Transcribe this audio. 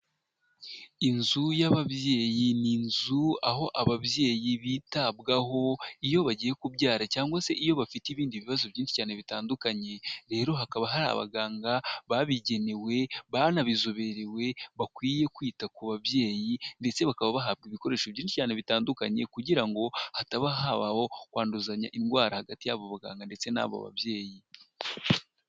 Inzu y'ababyeyi. Ni inzu aho ababyeyi bitabwaho iyo bagiye kubyara cyangwa se iyo bafite ibindi bibazo byinshi cyane bitandukanye rero hakaba hari abaganga babigenewe banabizobereye bakwiye kwita ku babyeyi ndetse bakaba bahabwa ibikoresho byinshi cyane bitandukanye kugira ngo hataba habaho kwanduzanya indwara hagati y'aba baganga ndetse n'abo babyeyi